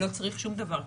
לא צריך שום דבר כרגע.